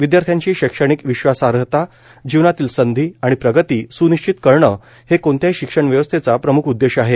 विदयार्थ्यांची शैक्षणिक विश्वासार्हता जीवनातील संधी आणि प्रगती स्निश्चित करणे हे कोणत्याही शिक्षण व्यवस्थेचा प्रम्ख उद्देश आहे